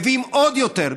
מביאים עוד יותר.